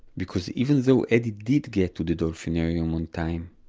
because even though eddie did get to the dolphinarium on time,